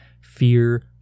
Fear